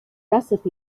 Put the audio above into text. recipe